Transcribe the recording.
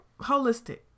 holistic